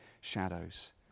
shadows